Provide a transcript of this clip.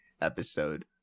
episode